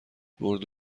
مرده